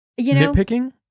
nitpicking